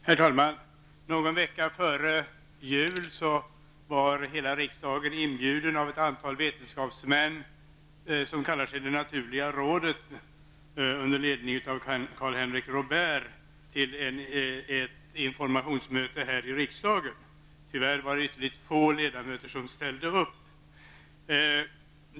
Herr talman! Någon vecka före jul var hela riksdagen inbjuden av ett antal vetenskapsmän som kallar sig Det naturliga rådet, under ledning av Karl-Henrik Robért, till ett informationsmöte här i riksdagen. Tyvärr var det ytterligt få ledamöter som ställde upp.